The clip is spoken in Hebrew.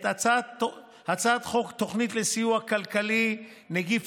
את הצעת חוק תוכנית לסיוע כלכלי (נגיף